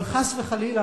אבל חס וחלילה,